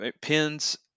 pins